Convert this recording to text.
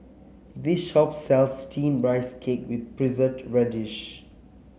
this shop sells steamed Rice Cake with Preserved Radish